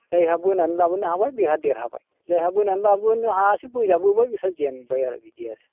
जायहा बोनानै लाबोनो हाबाय बेहा देरहाबाय जायहा बोनानै लाबोनो हायासै बोजाबोबाय बिसोरा जेनबाय आरो बिदि आरो